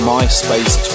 MySpace